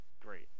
great